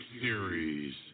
series